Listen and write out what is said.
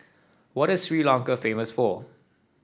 what is Sri Lanka famous for